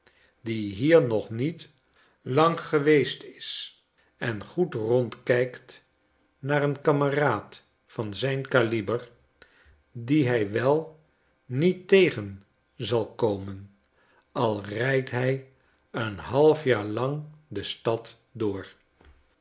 die hier nog niet lang geweest is en goed rondkijkt naar een kameraad van zijn kaliber dien hij wel niet tegen zal komen al rijdt hij een half jaar ang de stad door